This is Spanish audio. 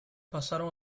pasaron